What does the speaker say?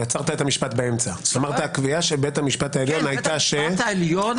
בית המשפט העליון,